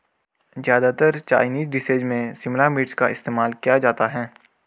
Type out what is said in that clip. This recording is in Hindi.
ज्यादातर चाइनीज डिशेज में शिमला मिर्च का इस्तेमाल किया जाता है